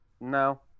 No